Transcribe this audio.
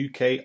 UK